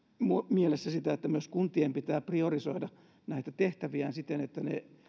mielessä että myös kuntien pitää priorisoida näitä tehtäviään siten että ne